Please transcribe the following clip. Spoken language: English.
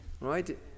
right